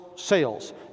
Sales